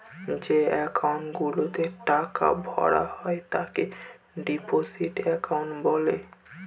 যে একাউন্ট গুলাতে টাকা ভরা হয় তাকে ডিপোজিট একাউন্ট বলে